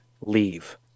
Leave